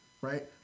right